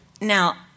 Now